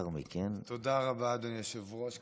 תודה רבה, אדוני היושב-ראש.